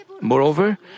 Moreover